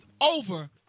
over